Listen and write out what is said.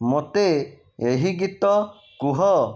ମୋତେ ଏହି ଗୀତ କୁହ